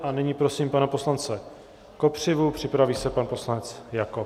A nyní prosím pana poslance Kopřivu, připraví se pan poslanec Jakob.